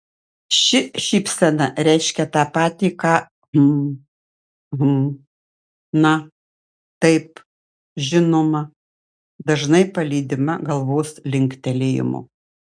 ši šypsena reiškia tą patį ką hm hm na taip žinoma dažnai palydima galvos linktelėjimu